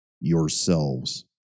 yourselves